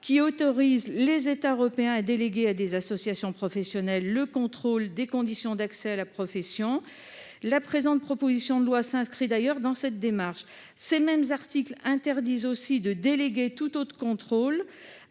qui autorise les États européens à déléguer à des associations professionnelles le contrôle des conditions d'accès à la profession. La présente proposition de loi s'inscrit d'ailleurs dans cette démarche. Ces mêmes articles interdisent aussi de déléguer tout autre contrôle